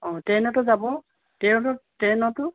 অঁ ট্ৰেইনতো যাব ট্ৰেইন ট্ৰেইনতো